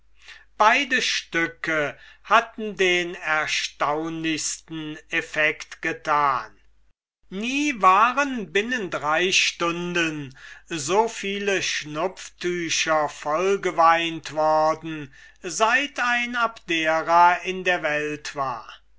beide stücke hatten den erstaunlichsten effect gemacht nie waren binnen drei stunden so viele schnupftücher voll geweint worden seit ein abdera in der welt war